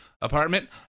apartment